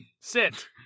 sit